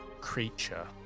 creature